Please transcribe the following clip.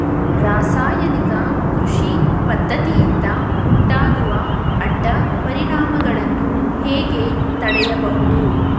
ರಾಸಾಯನಿಕ ಕೃಷಿ ಪದ್ದತಿಯಿಂದ ಉಂಟಾಗುವ ಅಡ್ಡ ಪರಿಣಾಮಗಳನ್ನು ಹೇಗೆ ತಡೆಯಬಹುದು?